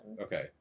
Okay